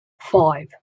five